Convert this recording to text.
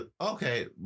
Okay